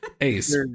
Ace